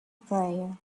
prayer